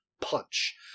punch